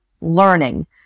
learning